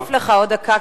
אני אוסיף לך עוד דקה,